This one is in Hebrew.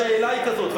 השאלה היא כזאת,